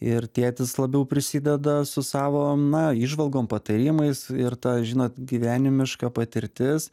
ir tėtis labiau prisideda su savo na įžvalgom patarimais ir ta žinot gyvenimiška patirtis